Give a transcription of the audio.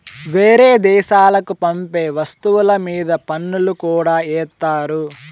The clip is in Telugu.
వేరే దేశాలకి పంపే వస్తువుల మీద పన్నులు కూడా ఏత్తారు